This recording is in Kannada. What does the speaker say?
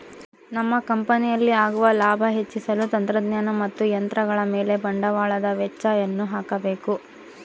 ನಮ್ಮ ಕಂಪನಿಯಲ್ಲಿ ಆಗುವ ಲಾಭ ಹೆಚ್ಚಿಸಲು ತಂತ್ರಜ್ಞಾನ ಮತ್ತು ಯಂತ್ರಗಳ ಮೇಲೆ ಬಂಡವಾಳದ ವೆಚ್ಚಯನ್ನು ಹಾಕಬೇಕು